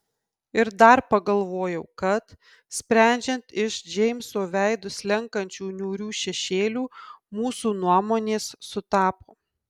ir dar pagalvojau kad sprendžiant iš džeimso veidu slenkančių niūrių šešėlių mūsų nuomonė sutapo